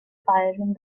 firing